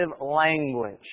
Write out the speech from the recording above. language